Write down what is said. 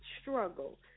struggle